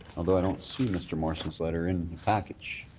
although i don't see mr. morrison's letter in the package.